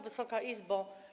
Wysoka Izbo!